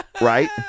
right